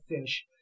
fish